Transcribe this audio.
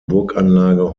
burganlage